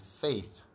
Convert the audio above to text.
faith